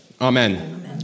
Amen